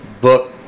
book